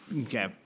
Okay